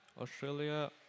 Australia